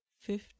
Fifth